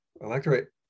electorate